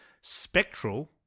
Spectral